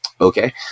okay